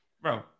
Bro